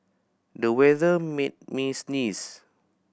the weather made me sneeze